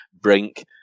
Brink